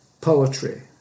poetry